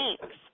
Thanks